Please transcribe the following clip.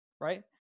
right